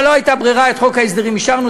אבל לא הייתה ברירה את חוק ההסדרים אישרנו,